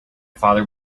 father